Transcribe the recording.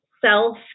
self